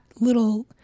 little